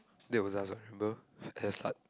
that was us what remember at the start